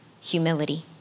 humility